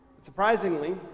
Surprisingly